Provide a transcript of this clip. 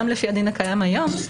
גם לפי הדין הקיים היום,